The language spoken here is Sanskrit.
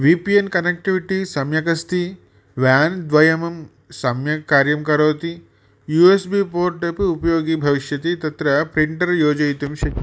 वि पि एन् कनेक्टिविटि सम्यगस्ति वान् द्वयं सम्यक् कार्यं करोति यू एस् बि पोर्ट् अपि उपयोगी भविष्यति तत्र प्रिन्टर् योजयितुं शक्यते